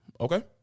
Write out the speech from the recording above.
Okay